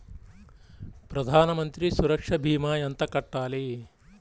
ప్రధాన మంత్రి సురక్ష భీమా ఎంత కట్టాలి?